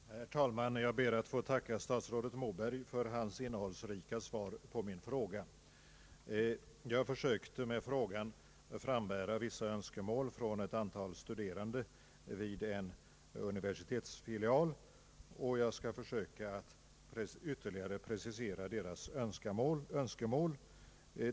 Herr talman! Jag ber att få tacka statsrådet Moberg för hans innehållsrika svar på min fråga. Jag försökte med frågan frambära vissa önskemål från ett antal studeran de vid en universitetsfilial. Jag skall försöka att ytterligare precisera deras önskemål.